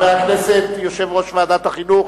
אחרון הדוברים, יושב-ראש ועדת החינוך,